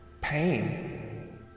pain